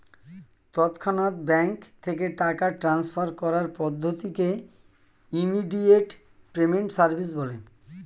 তৎক্ষণাৎ ব্যাঙ্ক থেকে টাকা ট্রান্সফার করার পদ্ধতিকে ইমিডিয়েট পেমেন্ট সার্ভিস বলে